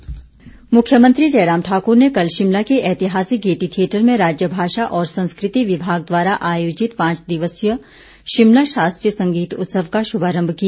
शास्त्रीय संगीत उत्सव इस बीच मुख्यमंत्री जयराम ठाकुर ने कल शिमला के ऐतिहासिक गेयटी थियेटर में राज्य भाषा और संस्कृति विभाग द्वारा आयोजित पांच दिवसीय शिमला शास्त्रीय संगीत उत्सव का शुभारंभ किया